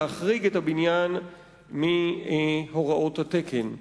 להחריג את הבניין מהוראות התקן.